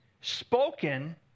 spoken